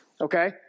Okay